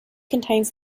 contains